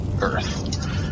earth